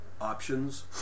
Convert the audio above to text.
options